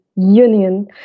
union